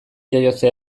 jaiotze